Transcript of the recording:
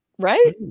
Right